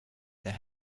there